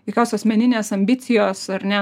jokios asmeninės ambicijos ar ne